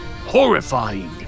Horrifying